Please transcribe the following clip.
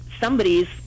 somebody's